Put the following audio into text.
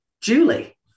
Julie